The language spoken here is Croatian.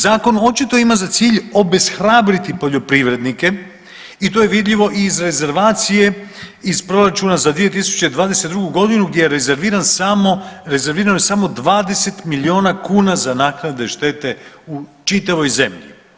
Zakon očito ima za cilj obeshrabriti poljoprivrednike i to je vidljivo i iz rezervacije iz proračuna za 2022.g. gdje je rezerviran samo, rezervirano samo 20 milijuna kuna za naknade štete u čitavoj zemlji.